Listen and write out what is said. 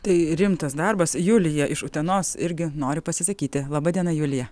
tai rimtas darbas julija iš utenos irgi nori pasisakyti laba diena julija